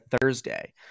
Thursday